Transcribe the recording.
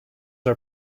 are